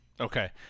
Okay